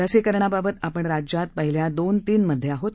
लसीकरणाबाबत आपण राज्यात पहिल्या दोन तीन मध्ये आहोत